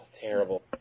terrible